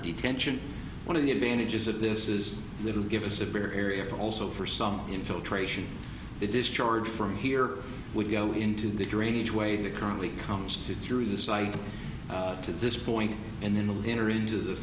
detention one of the advantages of this is little give us a better area also for some infiltration the discharge from here would go into the drainage way that currently comes to through the site to this point and then the enter into the